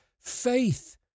faith